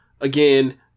again